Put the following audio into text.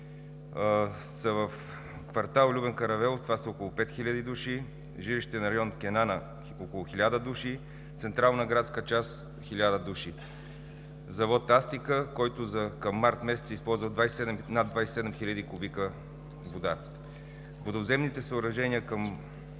са в квартал „Любен Каравелов“ – около 5000 души, жилищен район „Кенана“ – около 1000 души, централна градска част – 1000 души, завод „Астика“, който към месец март използва над 27 000 кубика вода. Водовземните съоръжения към